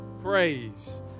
Praise